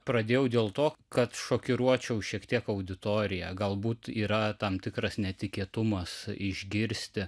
pradėjau dėl to kad šokiruočiau šiek tiek auditoriją galbūt yra tam tikras netikėtumas išgirsti